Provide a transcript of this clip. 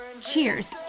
cheers